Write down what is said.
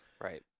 Right